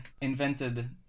invented